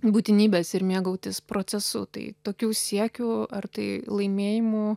būtinybės ir mėgautis procesu tai tokių siekių ar tai laimėjimų